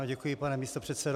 Děkuji, pane místopředsedo.